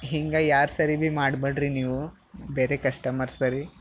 ಹಿಂಗೆ ಯಾರ ಸರಿ ಭೀ ಮಾಡ್ಬೇಡ್ರಿ ನೀವು ಬೇರೆ ಕಸ್ಟಮರ್ಸರಿ